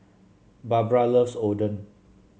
Barbra loves Oden